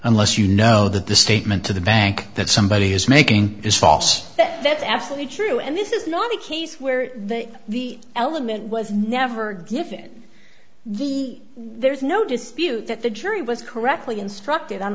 unless you know the statement to the bank that somebody is making this offer that that's absolutely true and this is not a case where the element was never given the why there is no dispute that the jury was correctly instructed on